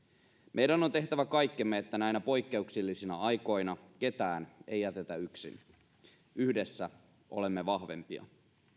meidän on tehtävä kaikkemme että näinä poikkeuksellisina aikoina ketään ei jätetä yksin yhdessä olemme vahvempia